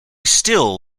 still